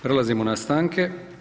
Prelazimo na stanke.